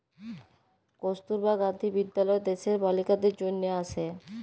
কস্তুরবা গান্ধী বিদ্যালয় দ্যাশের বালিকাদের জনহে আসে